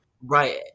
Right